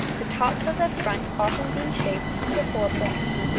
the tops of the front often being shaped into four points.